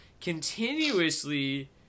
continuously